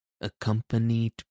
accompanied